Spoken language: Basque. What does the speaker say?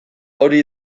hori